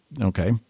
okay